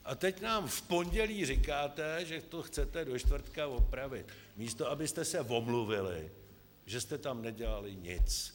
A teď nám v pondělí říkáte, že to chcete do čtvrtka opravit, místo abyste se omluvili, že jste tam nedělali nic.